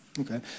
Okay